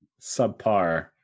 subpar